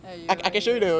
!aiyo! !aiyo!